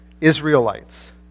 Israelites